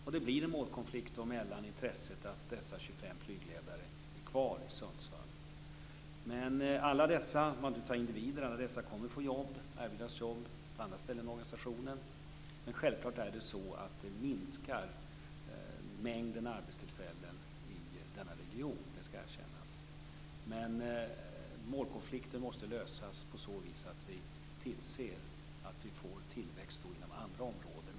Då blir det en målkonflikt med intresset att dessa 25 flygledare blir kvar i Sundsvall. Alla dessa individer kommer dock att få jobb. De kommer att erbjudas jobb på andra ställen i organisationen. Men självklart är det så att det här minskar antalet arbetstillfällen i denna region, det skall erkännas. Målkonflikten måste lösas på så vis att vi tillser att vi får tillväxt inom andra områden.